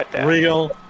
Real